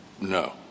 no